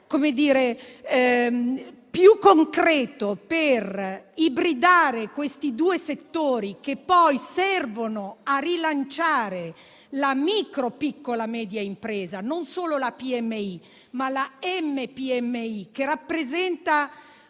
più concreto per ibridare questi due settori, che poi servono a rilanciare la micro, piccola e media impresa (MPMI) - e non solo la PMI - che rappresenta